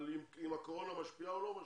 על אם הקורונה משפיעה או לא משפיעה.